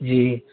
جی